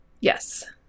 Yes